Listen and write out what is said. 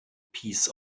piece